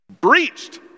breached